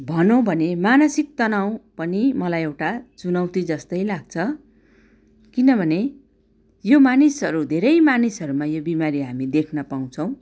भनौ भने मानसिकता तनाव पनि मलाई एउटा चुनौती जस्तै लाग्छ किनभने यो मानिसहरू धेरै मानिसहरूमा यो बिमारी हामी देख्न पाउँछौँ